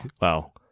Wow